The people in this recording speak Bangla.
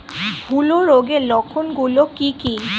হূলো রোগের লক্ষণ গুলো কি কি?